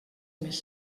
més